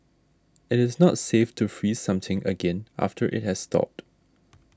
it is not safe to freeze something again after it has thawed